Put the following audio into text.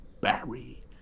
Barry